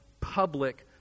public